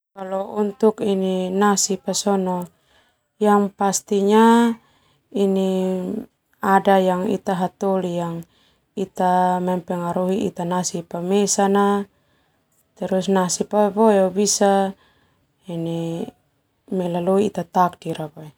Kalo untuk nasib sona pasti ada yang ita hataholi mempengaruhi ita nasib mesa na boma bisa melalui ita takdir.